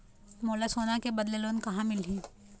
मोला सोना के बदले लोन कहां मिलही?